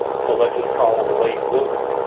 so let's just call him a late bloomer.